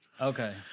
Okay